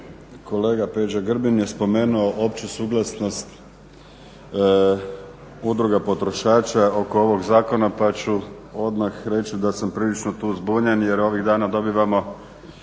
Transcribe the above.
kolega Peđa Grbin je spomenuo opću suglasnost Udruga potrošača oko ovog zakona, pa ću odmah reći da sam prilično tu zbunjen. Jer ovih dana dobivamo